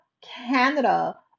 Canada